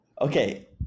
Okay